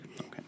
Okay